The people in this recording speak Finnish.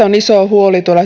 on iso huoli